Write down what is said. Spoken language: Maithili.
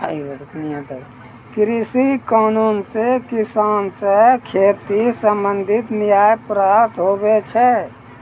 कृषि कानून से किसान से खेती संबंधित न्याय प्राप्त हुवै छै